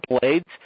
blades